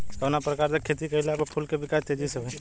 कवना प्रकार से खेती कइला पर फूल के विकास तेजी से होयी?